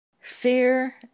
fear